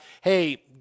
hey